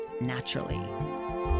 Naturally